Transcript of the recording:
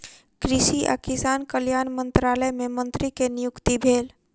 कृषि आ किसान कल्याण मंत्रालय मे मंत्री के नियुक्ति भेल